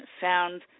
found